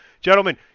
gentlemen